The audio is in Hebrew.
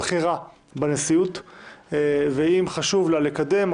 בכירה בנשיאות ואם חשוב לה לקדם,